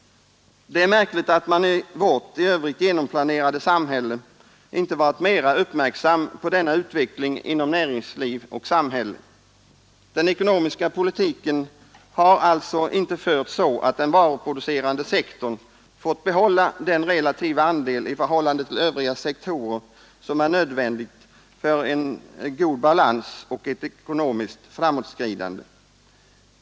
Det är märkligt att man i vårt i övrigt genomplanerade samhälle inte varit mera uppmärksam på denna utveckling inom näringsliv och samhälle. Den ekonomiska politiken har alltså inte förts så att den varuproducerande sektorn fått behålla den relativa andel i förhållande till Övriga sektorer, som är nödvändig för god balans och ett ekonomiskt framåtskridande.